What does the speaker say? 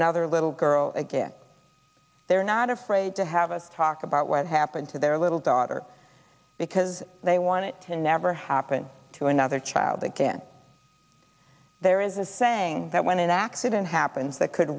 another little girl again they're not afraid to have a talk about what happened to their little daughter because they want it to never happen to another child again there is a saying that when an accident happens that could